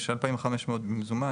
יש 2,500 ₪ במזומן,